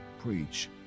preach